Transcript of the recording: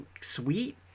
sweet